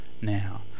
now